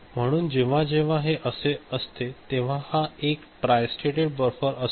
म्हणून जेव्हा जेव्हा हे असते तेव्हा हा एक तट्रायस्टेट बफर असतो